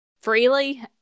freely